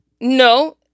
no